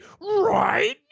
right